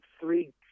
three